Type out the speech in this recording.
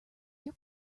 your